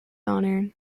honour